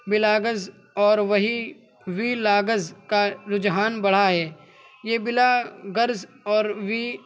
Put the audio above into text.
blogs اور وہی vlogs کا رجحان بڑھا ہے یہ بلاگرز اور وی